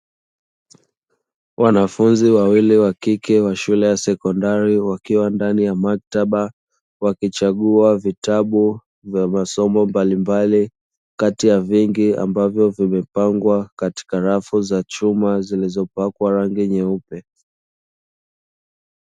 Wanafunzi wawili wa kike wa shule ya sekondari wakiwa ndani ya maktaba wakichagua vitabu vya masomo mbalimbali kati ya vingi ambavyo vimepangwa katika rafu za chuma zilizopakwa rangi nyeupe.